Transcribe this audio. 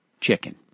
chicken